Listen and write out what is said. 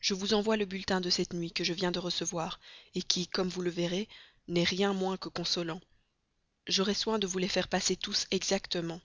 je vous envoie le bulletin de cette nuit que je viens de recevoir qui comme vous verrez n'est rien moins que consolant j'aurai soin de vous les faire passer tous exactement